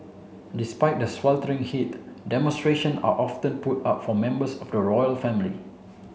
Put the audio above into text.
despite the sweltering heat demonstration are often put up for members of the royal family